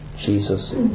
Jesus